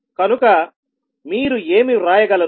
కనుక మీరు ఏమి వ్రాయగలరు